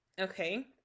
Okay